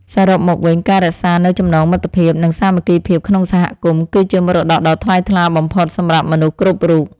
សរុបមកវិញ ការរក្សានូវចំណងមិត្តភាព និងសាមគ្គីភាពក្នុងសហគមន៍ គឺជាមរតកដ៏ថ្លៃថ្លាបំផុតសម្រាប់មនុស្សគ្រប់រូប។